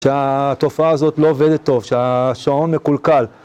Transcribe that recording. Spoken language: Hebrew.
שהתופעה הזאת לא עובדת טוב, שהשעון מקולקל.